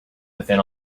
within